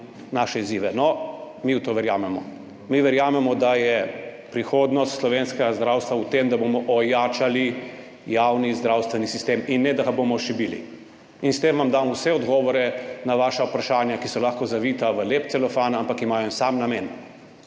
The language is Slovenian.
naše izzive. No, mi v to verjamemo. Mi verjamemo, da je prihodnost slovenskega zdravstva v tem, da bomo ojačali javni zdravstveni sistem in ne, da ga bomo šibili. S tem vam dam vse odgovore na vaša vprašanja, ki so lahko zavita v lep celofan, ampak imajo en sam namen,